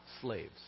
slaves